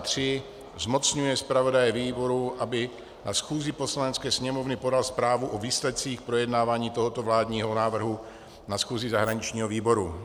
III. zmocňuje zpravodaje výboru, aby na schůzi Poslanecké sněmovny podal zprávu o výsledcích projednávání tohoto vládního návrhu na schůzi zahraničního výboru.